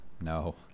No